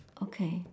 okay